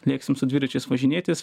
lėksim su dviračiais važinėtis